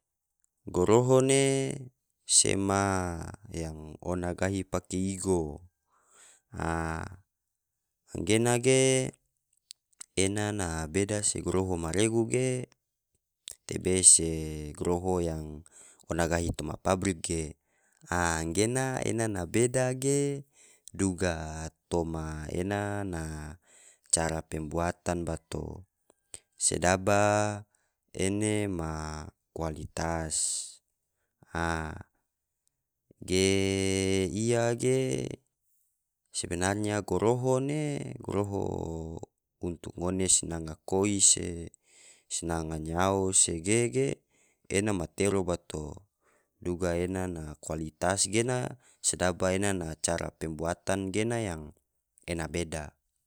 Goroho ne sema yang ona gahi pake igo, aa anggena ge ena na beda se goroho ma regu ge, gatebe se goroho yang ona gahi toma pabrik ge, aa anggena ena na beda ge duga toma ena na cara pembuatan bato, sedaba ene ma kualitas, aa geee iya ge sebenarnya goroho ne, gorohoo untuk ngone sinanga koi se sinanga nyao se ge ge, ena matero bato, duga ena na kualitas gena sedaba ena na cara pembuatan gena yang ena beda.